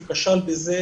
הוא כשל בזה,